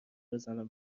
بزنم